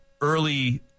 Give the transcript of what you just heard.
early